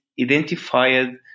identified